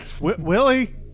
Willie